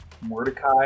Mordecai